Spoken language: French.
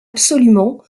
absolument